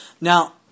Now